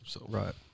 Right